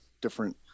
different